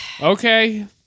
Okay